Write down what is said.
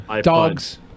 Dogs